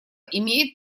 имеет